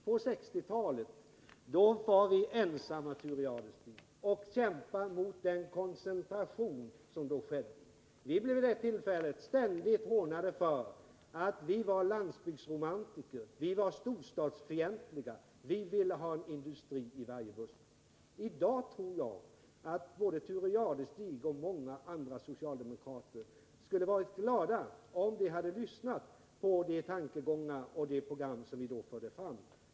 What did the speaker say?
På 1960-talet var vi ensamma, Thure Jadestig, om att kämpa mot den koncentration som då skedde. Vi blev ständigt hånade för att vi var landsbygdsromantiker, att vi var storstadsfientliga, att vi ville ha en industri ”i varje buske”. I dag tror jag att Thure Jadestig och många andra socialdemokrater skulle ha varit glada om de hade lyssnat på de tankegångar och det program som vi då förde fram.